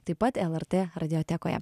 taip pat lrt radiotekoje